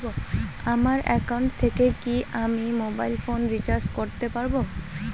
আমার একাউন্ট থেকে কি আমি মোবাইল ফোন রিসার্চ করতে পারবো?